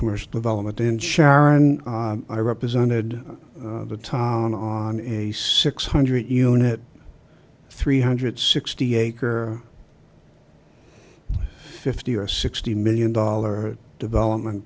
commercial development then sharon i represented the tom on a six hundred unit three hundred sixty acre fifty or sixty million dollar development